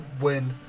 win